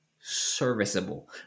serviceable